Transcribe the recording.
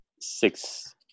six